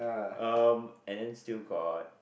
um and then still got